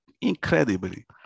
incredibly